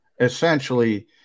essentially